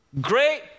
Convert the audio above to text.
Great